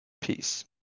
Peace